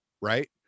right